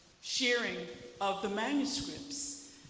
sharing of the manuscripts,